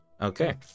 Okay